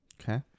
okay